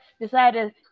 decided